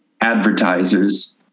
advertisers